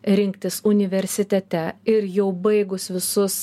rinktis universitete ir jau baigus visus